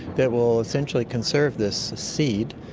that will essentially conserve this seed,